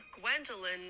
Gwendolyn